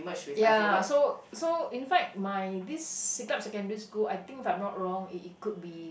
ya so so in fact my this siglap secondary school I think if I'm not wrong it it could be